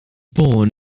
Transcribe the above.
born